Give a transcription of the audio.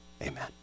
Amen